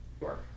Sure